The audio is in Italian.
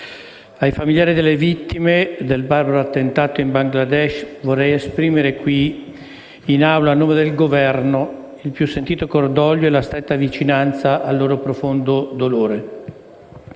Ai familiari delle vittime del barbaro attentato in Bangladesh vorrei esprimere qui in Aula, a nome del Governo, il più sentito cordoglio e la stretta vicinanza al loro profondo dolore.